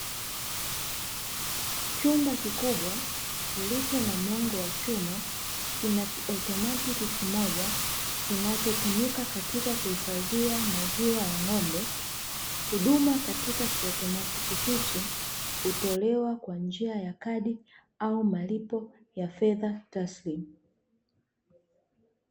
Chumba kikubwa kilicho na mlango wa chuma kina kiautomatiki kimoja kinachotumika katika kuhifadhia maziwa ya ng'ombe. Huduma katika kiautomatiki hchi hutolewa kwa njia ya kadi au malipo ya fedha taslimu.